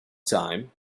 time